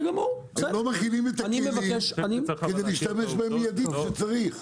הם לא מכינים את הכלים כדי להשתמש בהם מידית כשצריך.